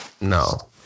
No